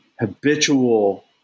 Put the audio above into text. habitual